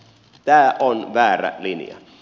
tämä on väärä linja